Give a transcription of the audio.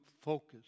focus